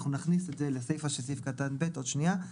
אנחנו נכניס את זה לסייפה של סעיף ב' בעוד שניה.